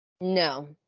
No